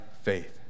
faith